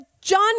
John